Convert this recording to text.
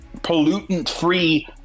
pollutant-free